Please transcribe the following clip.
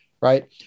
right